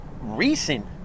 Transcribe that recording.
recent